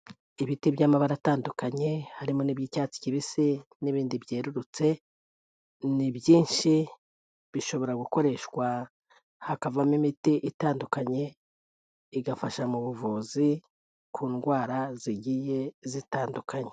Ibiti by'amabara atandukanye harimo n'iby'icyatsi kibisi n'ibindi byerurutse ni byinshi bishobora gukoreshwa hakavamo imiti itandukanye, igafasha mu buvuzi ku ndwara zigiye zitandukanye.